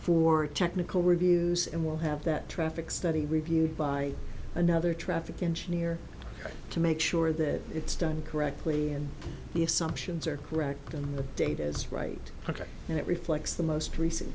for technical reviews and we'll have that traffic study reviewed by another traffic engineer to make sure that it's done correctly and the assumptions are correct and data is right and it reflects the most recent